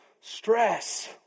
Stress